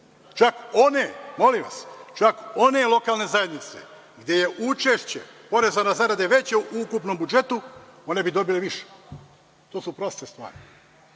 to je prosto. Čak one lokalne zajednice gde je učešće poreza na zarade veće u ukupnom budžetu, one bi dobile više. To su proste stvari.